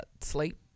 sleep